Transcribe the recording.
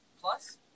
Plus